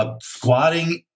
squatting